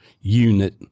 unit